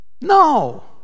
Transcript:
No